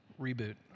reboot